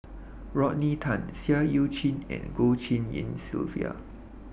Rodney Tan Seah EU Chin and Goh Tshin En Sylvia